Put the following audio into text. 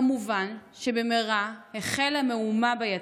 כמובן שבמהרה החלה מהומה ביציע,